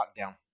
lockdown